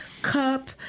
cup